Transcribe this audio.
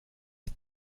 les